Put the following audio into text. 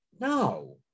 No